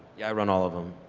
yeah i run all of them.